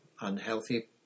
unhealthy